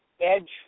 edge